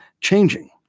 changing